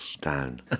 down